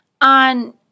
on